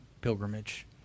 pilgrimage